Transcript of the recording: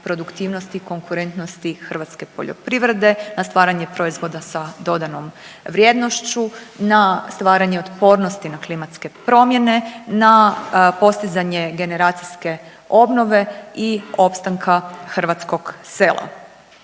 produktivnosti i konkurentnosti hrvatske poljoprivrede, na stvaranje proizvoda sa dodanom vrijednošću, na stvaranje otpornosti na klimatske promjene, na postizanje generacijske obnove i opstanka hrvatskog sela.